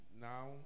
now